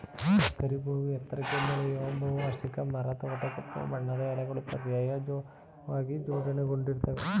ಕರಿಬೇವು ಎತ್ತರಕ್ಕೆ ಬೆಳೆಯೋ ಬಹುವಾರ್ಷಿಕ ಮರ ತೊಗಟೆ ಕಪ್ಪು ಬಣ್ಣದ್ದು ಎಲೆಗಳು ಪರ್ಯಾಯವಾಗಿ ಜೋಡಣೆಗೊಂಡಿರ್ತದೆ